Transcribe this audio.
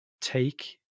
take